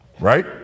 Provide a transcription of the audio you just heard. Right